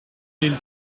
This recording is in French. mille